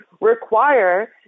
require